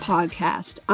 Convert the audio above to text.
Podcast